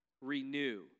Renew